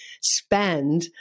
spend